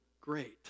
great